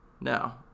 Now